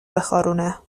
بخارونه